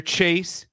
Chase